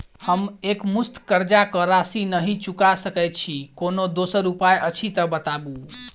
हम एकमुस्त कर्जा कऽ राशि नहि चुका सकय छी, कोनो दोसर उपाय अछि तऽ बताबु?